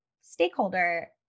stakeholder